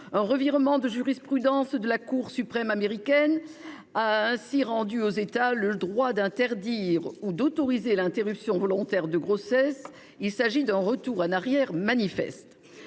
Un revirement de jurisprudence de la Cour suprême américaine a ainsi rendu aux États fédérés de ce pays le choix d'interdire ou d'autoriser l'interruption volontaire de grossesse ; il s'agit d'un retour en arrière manifeste.